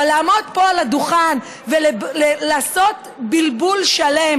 אבל לעמוד פה על הדוכן ולעשות בלבול שלם